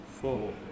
Four